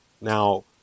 Now